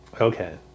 Okay